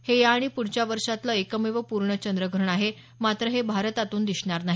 हे या आणि पुढच्या वर्षातलं एकमेव पूर्ण चंद्रग्रहण आहे मात्र हे भारतातून दिसणार नाही